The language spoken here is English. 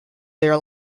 their